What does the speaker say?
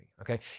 okay